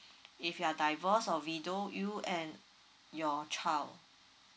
if you are divorced or widow you and your child